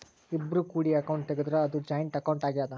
ಇಬ್ರು ಕೂಡಿ ಅಕೌಂಟ್ ತೆಗುದ್ರ ಅದು ಜಾಯಿಂಟ್ ಅಕೌಂಟ್ ಆಗ್ಯಾದ